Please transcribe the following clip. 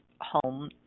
home